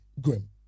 grim